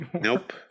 Nope